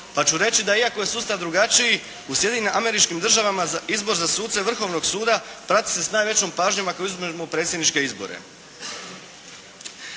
pa ću reći da iako je sustav drugačiji u Sjedinjenim Američkim Državama izbor za suce Vrhovnog suda prati se s najvećom pažnjom ako izuzmemo predsjedničke izbore.